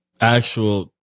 actual